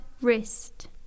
wrist